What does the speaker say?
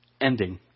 ending